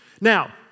Now